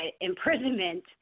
imprisonment